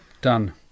Done